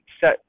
set